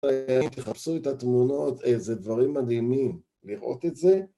תחפשו את התמונות, איזה דברים מדהימים. לראות את זה